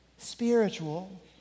spiritual